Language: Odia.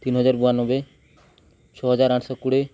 ତିନି ହଜାର ବୟାନବେ ଛଅହଜାର ଆଠଶହ କୋଡ଼ିଏ